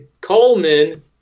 Coleman